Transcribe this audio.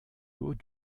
haut